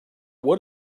what